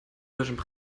deutschen